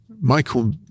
Michael